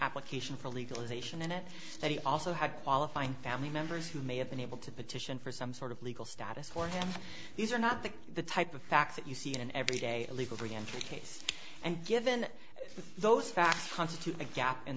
application for legalization in it that he also had qualifying family members who may have been able to petition for some sort of legal status for him these are not the type of facts that you see in an everyday legal free entry case and given those facts constitute a gap